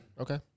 Okay